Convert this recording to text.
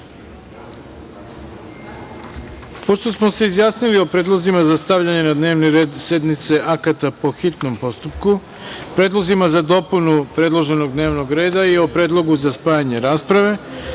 smo se izjasnili o predlozima za stavljanje na dnevni red sednice akata po hitnom postupku, predlozima za dopunu predloženog dnevnog reda i o predlogu za spajanje rasprave,